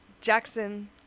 Jackson